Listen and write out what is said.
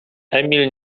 emil